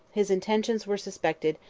his intentions were suspected,